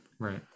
Right